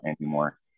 anymore